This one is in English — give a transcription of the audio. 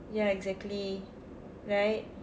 ya exactly right